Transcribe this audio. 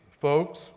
folks